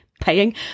paying